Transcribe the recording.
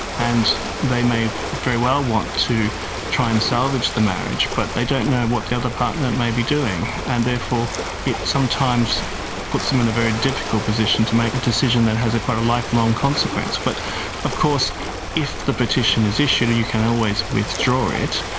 and they may very well want to try and salvage the marriage, but they don't know what the other partner may be doing, and therefore it sometimes puts them in a very difficult position to make a decision that has quite a lifelong consequence. but of course if the petition is issued you can always withdraw it.